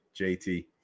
jt